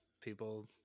people